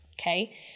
Okay